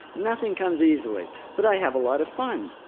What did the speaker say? nothing comes easily. but i have a lot of fun.